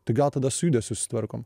tai gal tada su judesiu susitvarkom